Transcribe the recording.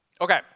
Okay